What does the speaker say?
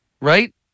Right